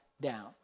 down